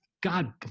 God